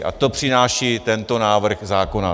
A to přináší tento návrh zákona.